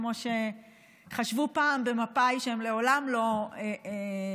כמו שחשבו פעם במפא"י שהם לעולם לא יוחלפו,